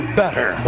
better